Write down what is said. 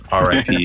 RIP